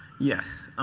yes.